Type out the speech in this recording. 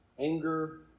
anger